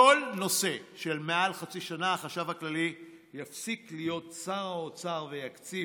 בכל הנושא של מעל חצי שנה החשב הכללי יפסיק להיות שר האוצר ויקצה